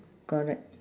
correct